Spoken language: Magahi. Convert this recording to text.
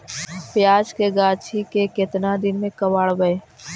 प्याज के गाछि के केतना दिन में कबाड़बै?